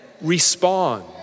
respond